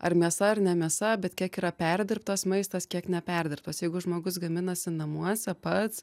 ar mėsa ar ne mėsa bet kiek yra perdirbtas maistas kiek neperdirbtas jeigu žmogus gaminasi namuose pats